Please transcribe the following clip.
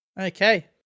Okay